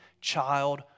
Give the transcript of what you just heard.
child